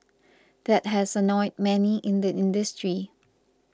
that has annoyed many in the industry